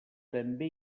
també